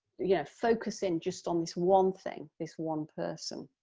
yeah focus and just on this one thing, this one person.